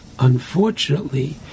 Unfortunately